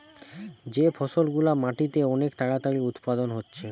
যে ফসল গুলা মাটিতে অনেক তাড়াতাড়ি উৎপাদন হচ্ছে